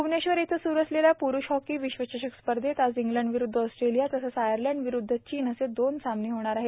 भूवनेश्वर इथं सुरु असलेल्या प्रुष हॉकी विश्वचषक स्पर्धेत आज इंग्लंड विरुद्ध ऑस्ट्रेलिया तसंच आयर्लंड विरुद्ध चीन असे दोन सामने होणार आहेत